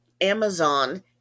Amazon